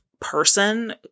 person